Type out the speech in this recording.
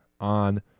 on